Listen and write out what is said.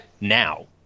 now